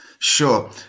Sure